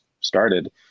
started